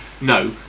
no